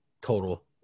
total